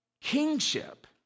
kingship